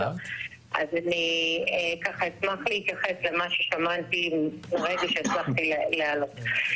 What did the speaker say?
אני אשמח להתייחס למה ששמעתי ברגע שהצלחתי לעלות.